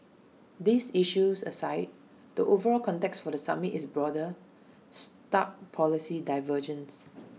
these issues aside the overall context for the summit is broader stark policy divergences